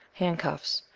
handcuffs,